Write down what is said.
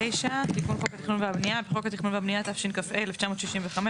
תיקון חוק התכנון והבנייה 49. בחוק התכנון והבנייה תשכ"ה 1965,